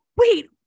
wait